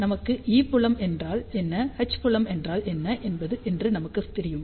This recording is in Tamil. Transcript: நமக்கு ஈ புலம் என்றால் என்ன எச் புலம் என்றால் என்ன என்று நமக்குத் தெரியும்